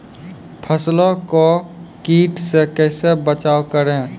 फसलों को कीट से कैसे बचाव करें?